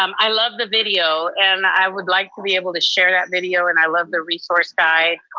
um i love the video and i would like to be able to share that video and i love the resource guide.